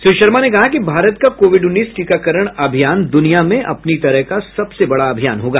श्री शर्मा ने कहा कि भारत का कोविड उन्नीस टीकाकरण अभियान दुनिया में अपनी तरह का सबसे बडा अभियान होगा